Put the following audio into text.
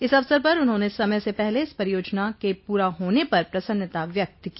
इस अवसर पर उन्होंने समय से पहले इस परियोजना के पूरा होने पर प्रसन्नता व्यक्त की